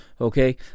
okay